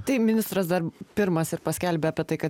tai ministras dar pirmas ir paskelbė apie tai kad